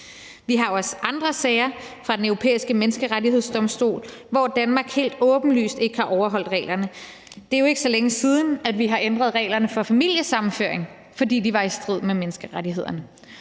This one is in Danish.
Vi har også andre sager fra Den Europæiske Menneskerettighedsdomstol, hvor Danmark helt åbenlyst ikke har overholdt reglerne. Det er jo ikke så længe siden, vi har ændret reglerne for familiesammenføring, fordi de var i strid med menneskerettighederne.